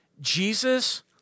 Jesus